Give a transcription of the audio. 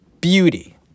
beauty